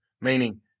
Meaning